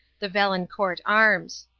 the valencourt arms.